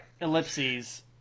Ellipses